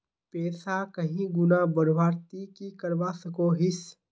पैसा कहीं गुणा बढ़वार ती की करवा सकोहिस?